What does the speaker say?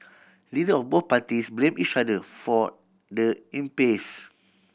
leader of both parties blamed each other for the impasse